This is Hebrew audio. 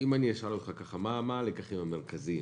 אם אני אשאל אותך מה הלקחים המרכזיים?